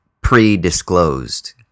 pre-disclosed